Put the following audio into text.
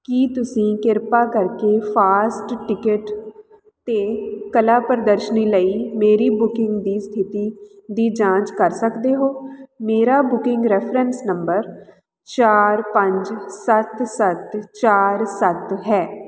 ਕੀ ਤੁਸੀਂ ਕਿਰਪਾ ਕਰਕੇ ਫਾਸਟ ਟਿਕਟ 'ਤੇ ਕਲਾ ਪ੍ਰਦਰਸ਼ਨੀ ਲਈ ਮੇਰੀ ਬੁਕਿੰਗ ਦੀ ਸਥਿਤੀ ਦੀ ਜਾਂਚ ਕਰ ਸਕਦੇ ਹੋ ਮੇਰਾ ਬੁਕਿੰਗ ਰੈਫਰੈਂਸ ਨੰਬਰ ਚਾਰ ਪੰਜ ਸੱਤ ਸੱਤ ਚਾਰ ਸੱਤ ਹੈ